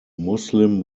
muslim